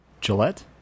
Gillette